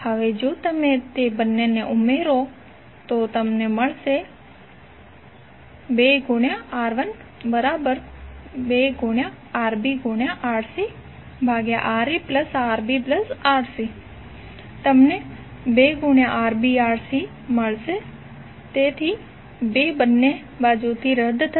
હવે જો તમે તે બંને ઉમેરશો તો તમે મેળવો 2R12RbRcRaRbRc તમને 2RbRc મળશે તેથી 2 બંને બાજુથી રદ થશે